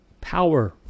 power